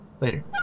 Later